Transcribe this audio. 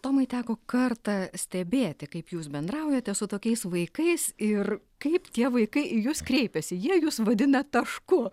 tomai teko kartą stebėti kaip jūs bendraujate su tokiais vaikais ir kaip tie vaikai į jus kreipiasi jie jus vadina tašku